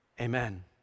Amen